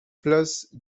place